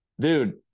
dude